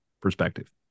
perspective